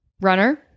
runner